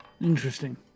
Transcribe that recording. Interesting